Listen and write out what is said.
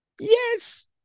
Yes